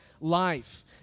life